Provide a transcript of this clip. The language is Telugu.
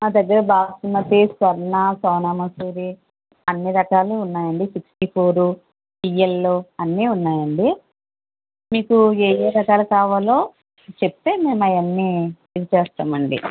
మా దగ్గర బాస్మతి స్వర్ణ సోనా మసూరి అన్ని రకాలు ఉన్నాయండి సిక్స్టీ ఫోరు టిఎల్ అన్నీ ఉన్నాయండి మీకు ఏ ఏ రకాలు కావాలో చెప్తే మేము అవన్నీ ఇచ్చేస్తామండి